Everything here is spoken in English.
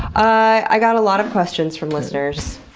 i got a lot of questions from listeners.